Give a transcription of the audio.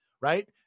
right